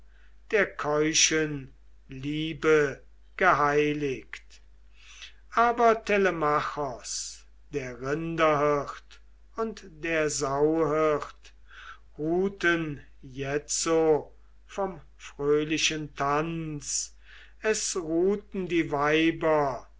der keuschen liebe geheiligt aber telemachos der rinderhirt und der sauhirt ruhten jetzo vom fröhlichen tanz es ruhten die weiber